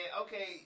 Okay